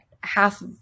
half